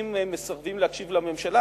ואם הם מסרבים להקשיב לממשלה,